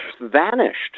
vanished